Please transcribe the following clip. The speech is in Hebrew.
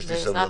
יש לי סבלנות.